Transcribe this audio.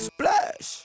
Splash